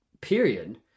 period